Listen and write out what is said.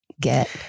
get